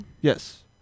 Yes